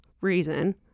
reason